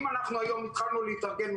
אם אנחנו היום התחלנו להתארגן,